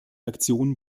aktion